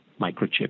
microchip